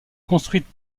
construites